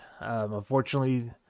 Unfortunately